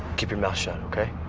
keep your mouth shut, okay?